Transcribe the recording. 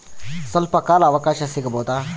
ಸ್ವಲ್ಪ ಕಾಲ ಅವಕಾಶ ಸಿಗಬಹುದಾ?